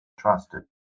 trusted